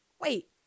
Wait